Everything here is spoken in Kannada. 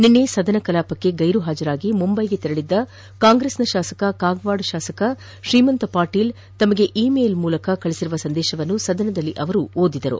ನಿನ್ನೆ ಸದನ ಕಲಾಪಕ್ಕೆ ಗೈರು ಹಾಜರಾಗಿ ಮುಂಬೈಗೆ ತೆರಳಿದ್ದ ಕಾಂಗ್ರೆಸ್ನ ಶಾಸಕ ಕಾಗವಾದ ಶಾಸಕ ಶ್ರೀಮಂತ ಪಾಟೀಲ್ ತಮಗೆ ಇ ಮೇಲ್ ಮೂಲಕ ಕಳುಹಿಸಿರುವ ಸಂದೇಶವನ್ನು ಸದನದಲ್ಲಿ ಅವರು ಓದಿದರು